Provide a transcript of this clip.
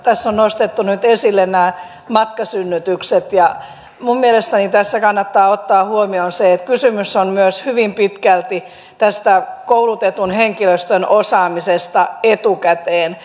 tässä on nostettu nyt esille nämä matkasynnytykset ja minun mielestäni tässä kannattaa ottaa huomioon se että kysymys on myös hyvin pitkälti koulutetun henkilöstön osaamisesta etukäteen